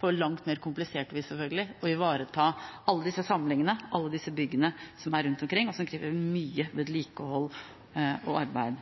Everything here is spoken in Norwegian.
på langt mer komplisert vis, selvfølgelig – å ivareta alle disse samlingene, alle disse byggene som er rundt omkring, og som krever mye vedlikehold og arbeid.